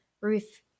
Ruth